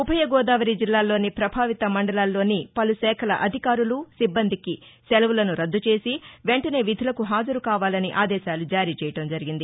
ఉభయ గోదావరి జిల్లాల్లోని పభావిత మండలాల్లో ని పలు శాఖల అధికారులు సిబ్బందికి సెలవులను రద్గు చేసి వెంటనే విధులకు హాజరుకావాలని ఆదేశాలు జారీ చెయ్యటం జరిగింది